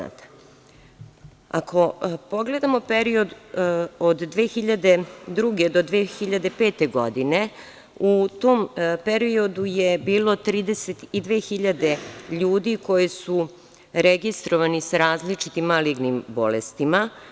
Ako pogledamo period od 2002. do 2005. godine, u tom periodu je bilo 32.000 ljudi koji su registrovani sa različitim malignim bolestima.